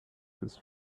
his